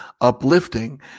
uplifting